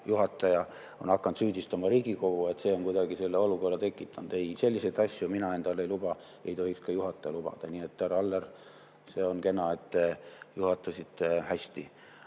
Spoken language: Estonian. juhul hakanud süüdistama Riigikogu, et see on kuidagi selle olukorra tekitanud. Selliseid asju mina endale ei luba ja ei tohiks ka juhataja lubada. Härra Aller, see on kena, et te juhatasite hästi.